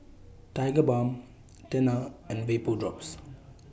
Tigerbalm Tena and Vapodrops